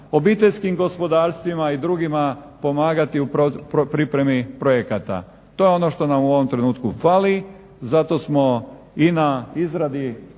obiteljskim gospodarstvima i drugim pomagati u pripremi projekta. To je ono što nam u ovom trenutku fali, zato smo i na izradi